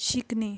शिकणे